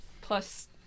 plus